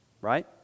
right